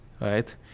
Right